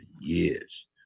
years